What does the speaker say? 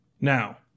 Now